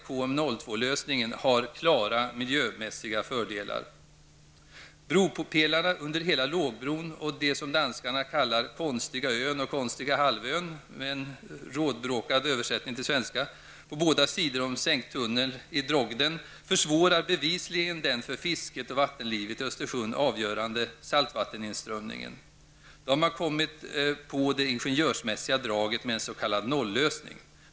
KM 0.2-lösningen, har klara miljömässiga fördelar. Bropelarna under hela lågbron och det som danskarna kallar konstiga ön och konstiga halvön -- på en något rådbråkad översättning till svenska -- på båda sidor om sänktunneln i Drogden försvårar bevisligen den för fisket och vattenlivet i Östersjön avgörande saltvatteninströmningen. Då har man kommit på det ingenjörsmässiga draget med en s.k. nollösning.